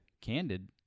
candid